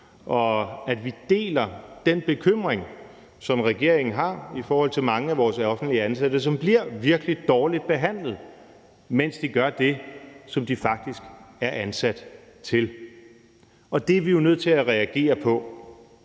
og at vi deler den bekymring, som regeringen har i forhold til mange af vores offentligt ansatte, som bliver virkelig dårligt behandlet, mens de gør det, som de faktisk er ansat til. Det er vi jo nødt til at reagere på.